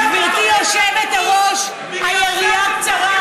גברתי היושבת-ראש, היריעה קצרה.